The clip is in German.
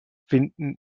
finden